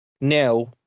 Now